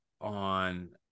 on